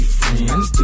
friends